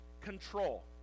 control